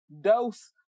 Dose